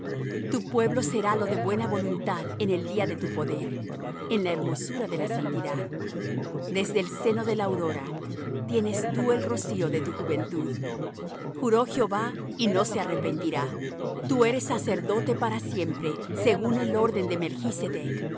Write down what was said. tu pueblo serálo de buena voluntad en el día de tu poder en la hermosura de la santidad desde el seno de la aurora tienes tú el rocío de tu juventud juró jehová y no se arrepentirá tú eres sacerdote para siempre según el orden de